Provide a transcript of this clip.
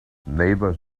neighbors